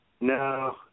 No